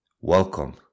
Welcome